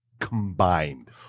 combined